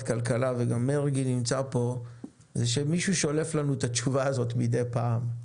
הכלכלה היא שמישהו שולף לנו את התשובה הזאת מדי פעם.